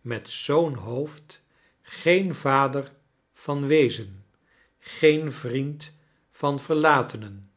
met zoo'n hoofd geen vader van weezen geen vriend van verlatenen